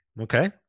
Okay